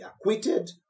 acquitted